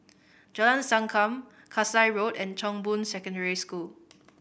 Jalan Sankam Kasai Road and Chong Boon Secondary School